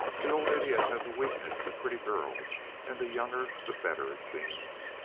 the old idiot has a weakness for pretty girls, and the younger the better, it seems.